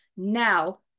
Now